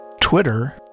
Twitter